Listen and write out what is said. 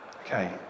Okay